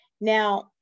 Now